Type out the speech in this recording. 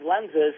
lenses